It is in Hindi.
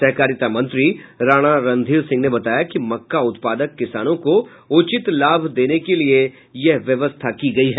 सहकारिता मंत्री राणा रणधीर सिंह ने बताया कि मक्का उत्पादक किसानों को उचित लाभ देने के लिए यह व्यवस्था की गयी है